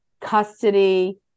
custody